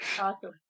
awesome